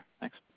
Thanks